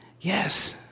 Yes